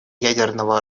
ядерного